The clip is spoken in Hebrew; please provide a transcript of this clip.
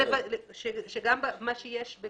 בהכרח המצב החדש, ואנחנו בעד התקנות החשובות.